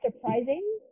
surprising